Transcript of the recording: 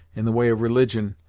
in the way of religion,